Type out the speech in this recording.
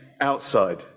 outside